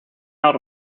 out